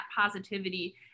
positivity